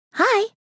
Hi